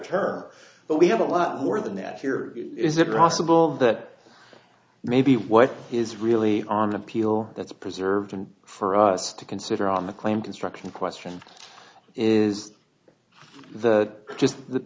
term but we have a lot more than that here is it possible that maybe what is really on appeal that's preserved and for us to consider on the claim construction question is the just the